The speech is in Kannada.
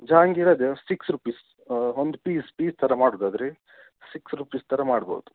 ಜಹಾಂಗೀರ್ ಆದರೆ ಒಂದು ಸಿಕ್ಸ್ ರುಪೀಸ್ ಒಂದು ಪೀಸ್ ಪೀಸ್ ಥರ ಮಾಡೋದಾದ್ರೆ ಸಿಕ್ಸ್ ರುಪೀಸ್ ಥರ ಮಾಡ್ಬೌದು